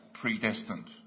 predestined